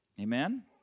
Amen